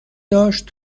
داشت